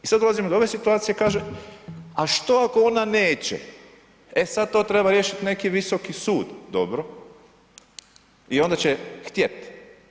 I sada dolazimo do ove situacije kaže, a što ako ona neće, e sada to treba riješiti neki visoki sud, dobro i onda će htjet.